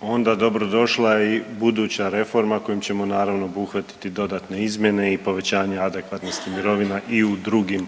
Onda dobro došla i buduća reforma kojom ćemo naravno obuhvatiti i dodatne izmjene i povećanje adekvatnosti mirovina i u drugim